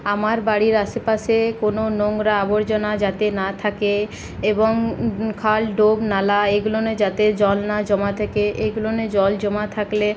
আমার বাড়ির আশেপাশে কোনো নোংরা আবর্জনা যাতে না থাকে এবং খাল ডোবা নালা এগুলোনে যাতে জল না জমা থাকে এগুলোনে জল জমা থাকলে